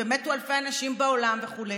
ומתו אלפי אנשים בעולם וכו',